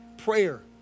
Prayer